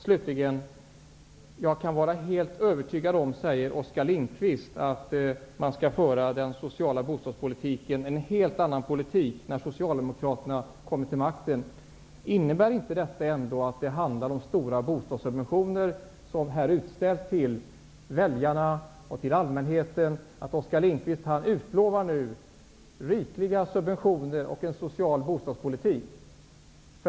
Slutligen sade Oskar Lindkvist att jag kan vara helt övertygad om att Socialdemokraterna skall föra en helt annan social bostadspolitik när de kommer till makten. Innebär detta inte att det handlar om stora bostadssubventioner som här ställs ut till väljarna, allmänheten och att Oskar Lindvist nu utlovar rikliga subventioner och en social bostadspolitik?